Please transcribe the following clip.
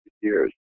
years